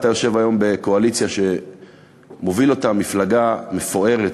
אתה יושב היום בקואליציה שמובילה אותה מפלגה מפוארת,